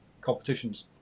competitions